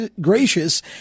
gracious